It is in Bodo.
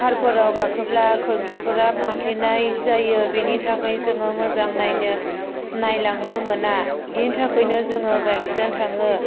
कारफोराव गाखोब्ला खोरखिफोरा फांथेनाय जायो बिनि थाखाय जोङो मोजां नायनो नायलांनो मोना बिनि थाखैनो जोङो बाइकजों थाङो